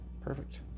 Perfect